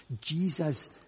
Jesus